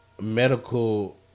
Medical